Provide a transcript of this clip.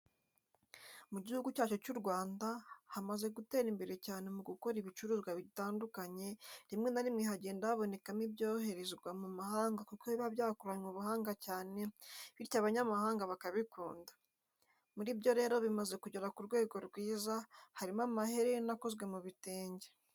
Mu gihugu cyacu cy'u Rwanda hamaze gutera imbere cyane mu gukora ibicuruzwa bitgandukanye rimwe na rimwe hagenda habonekamo ibyoherezwa mu mahanga kuko biba byakoranwe ubuhanga cyane bityoabanyamahanga bakabikunda. Muri byo rero bimaze kugera ku rwego rwiza harimo amaherena akozwe mu bitenge.